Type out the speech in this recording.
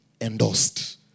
endorsed